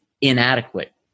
inadequate